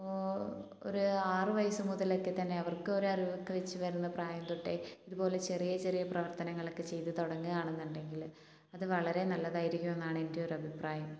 അപ്പോൾ ഒരു ആറ് വയസ്സ് മുതലൊക്കെ തന്നെ അവർക്ക് ഒരു അറിവൊക്കെ വെച്ച് വരുന്ന പ്രായം തൊട്ടേ ഇതുപോലെ ചെറിയ ചെറിയ പ്രവർത്തനങ്ങളൊക്കെ ചെയ്ത് തുടങ്ങാണെന്നുണ്ടെങ്കിൽ അത് വളരെ നല്ലതായിരിക്കുവെന്നാണ് എൻ്റെ ഒരു അഭിപ്രായം